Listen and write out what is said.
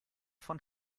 von